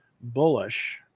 bullish